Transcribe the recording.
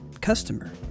customer